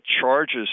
charges